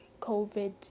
COVID